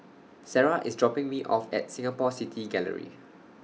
Sarrah IS dropping Me off At Singapore City Gallery